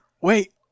wait